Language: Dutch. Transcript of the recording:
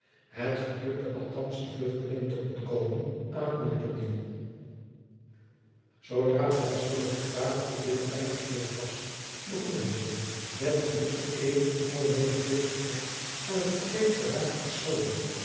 het gelukte althands den vluchtelingen te ontkomen aan het moordtooneel zoodra velasco met den graaf op het binnenplein gekeerd was begon hij zich met de duurste jacob van lennep de pleegzoon eeden van alle medeplichtigheid aan het gepleegd verraad te verschoonen